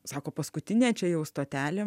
sako paskutinę čia jau stotelė